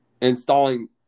Installing